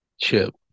chip